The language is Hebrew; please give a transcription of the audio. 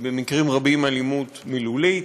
היא במקרים רבים אלימות מילולית.